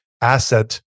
asset